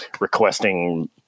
requesting